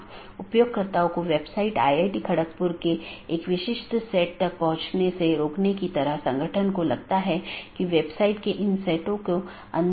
और BGP protocol के तहत एक BGP डिवाइस R6 को EBGP के माध्यम से BGP R1 से जुड़ा हुआ है वहीँ BGP R3 को BGP अपडेट किया गया है और ऐसा ही और आगे भी है